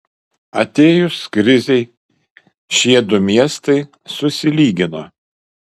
atėjus krizei šie du miestai susilygino